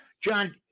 John